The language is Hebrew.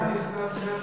גם כאן נכנס מאה-שערים?